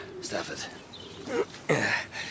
Stafford